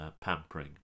pampering